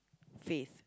faith